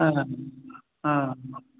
हा हा